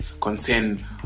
concern